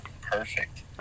perfect